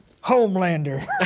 Homelander